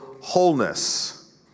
wholeness